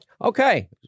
Okay